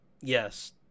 Yes